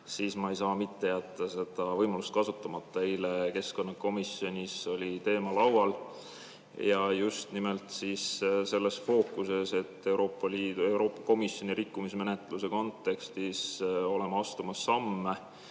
siis ma ei saa mitte jätta võimalust kasutamata. Eile keskkonnakomisjonis oli see teema laual ja just nimelt selle fookusega, et Euroopa Komisjoni rikkumismenetluse kontekstis oleme astumas samme